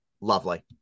lovely